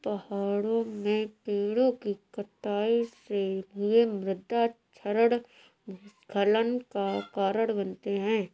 पहाड़ों में पेड़ों कि कटाई से हुए मृदा क्षरण भूस्खलन का कारण बनते हैं